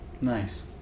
Nice